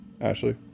Ashley